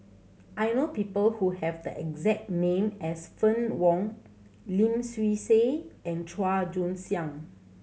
I know people who have the exact name as Fann Wong Lim Swee Say and Chua Joon Siang